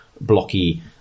blocky